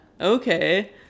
Okay